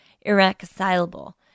irreconcilable